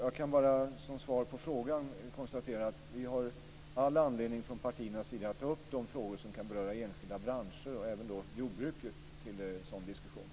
Jag kan bara som svar på frågan konstatera att vi har all anledning från partiernas sida att ta upp de frågor som kan berörda enskilda branscher och även då jordbruket i en sådan diskussion.